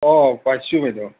অঁ পাইছোঁ বাইদেউ